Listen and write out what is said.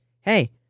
hey